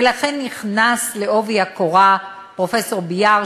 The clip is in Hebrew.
ולכן נכנס בעובי הקורה פרופסור ביאר,